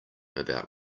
about